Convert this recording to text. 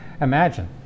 Imagine